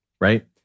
right